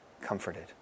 comforted